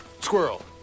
squirrel